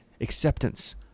acceptance